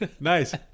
Nice